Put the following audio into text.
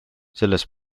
selles